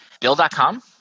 Bill.com